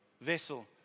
vessel